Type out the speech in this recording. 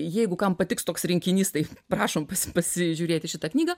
jeigu kam patiks toks rinkinys tai prašom pasižiūrėti šitą knygą